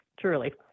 truly